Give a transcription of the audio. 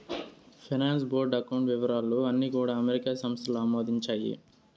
finance board account వివరాలు అన్నీ కూడా అమెరికా సంస్థలు ఆమోదించాయి